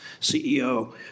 CEO